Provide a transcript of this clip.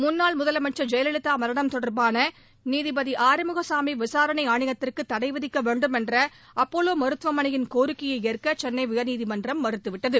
முன்னாள் முதலமைச்சர் ஜெயலலிதா மரணம் தொடர்பான நீதிபதி ஆறுமுகசாமி விசாரணை ஆணையத்திற்கு தடை விதிக்க வேண்டும் என்ற அப்பல்லோ மருத்துவமனையின் கோரிக்கையை ஏற்க சென்னை உயர்நீதிமன்றம் மறுத்துவிட்டது